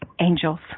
angels